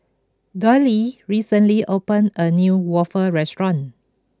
Dollye recently opened a new Waffle restaurant